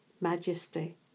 Majesty